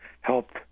helped